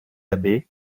abbé